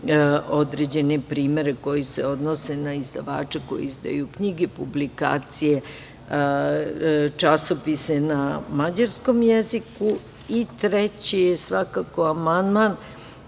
određene primere koji se odnose na izdavače koji izdaju knjige, publikacije, časopise na mađarskom jeziku. Treći je amandman